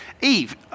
Eve